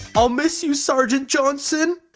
i'll miss you, sergeant johnson.